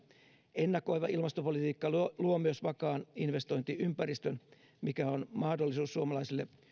ennakoiva ilmastopolitiikka luo luo myös vakaan investointiympäristön mikä on mahdollisuus suomalaisille